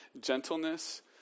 gentleness